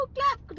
Clap